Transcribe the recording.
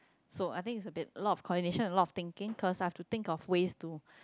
so I think is a bit lot of coordination a lot of thinking cause I have to think of ways to